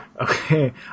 Okay